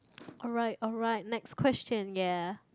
alright alright next question ya